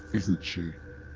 isn't she?